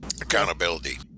Accountability